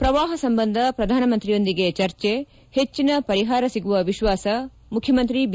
ಪ್ರವಾಪ ಸಂಬಂಧ ಪ್ರಧಾನಮಂತ್ರಿಯೊಂದಿಗೆ ಚರ್ಚೆ ಹೆಚ್ಚಿನ ಪರಿಹಾರ ಸಿಗುವ ವಿಶ್ವಾಸ ಮುಖ್ಯಮಂತ್ರಿ ಬಿ